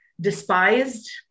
despised